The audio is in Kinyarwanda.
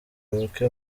buke